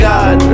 God